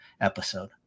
episode